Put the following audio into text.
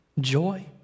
joy